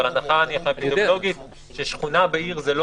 אבל ההנחה האפידמיולוגית ששכונה בעיר זה לא